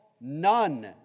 none